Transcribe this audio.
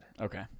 Okay